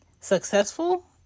Successful